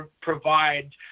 provide